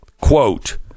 Quote